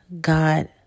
God